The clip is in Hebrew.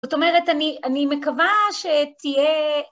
זאת אומרת, אני אני מקווה שתהיה...